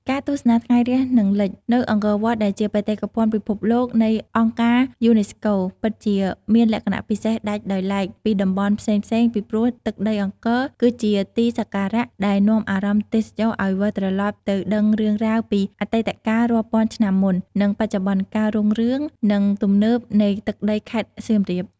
ការទស្សនាថ្ងៃរះ និងលិច នៅអង្គរដែលជាបេតិកភណ្ឌពិភពលោកនៃអង្គរការយូណេស្កូ ពិតជាមានលក្ខណៈពិសេសដាច់ដោយឡែកពីតំបន់ផ្សេងៗ ពីព្រោះ ទឹកដីអង្គរ គឺជាទីសក្ការៈដែលនាំអារម្មណ៍ទេសចរឲ្យវិលត្រឡប់ទៅដឹងរឿងរ៉ាវពីអតីតកាលរាប់ពាន់ឆ្នាំមុន និងបច្ចុប្បន្នកាលរុងរឿង និងទំនើបនៃទឹកដីខេត្តសៀមរាប។